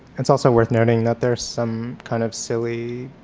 it's also worth noting that there's some kind of silly,